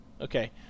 Okay